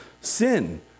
sin